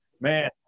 Man